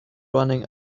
running